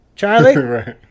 Charlie